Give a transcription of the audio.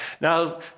Now